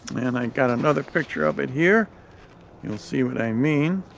and i've got another picture of it here you'll see what i mean.